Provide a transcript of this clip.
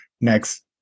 Next